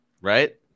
right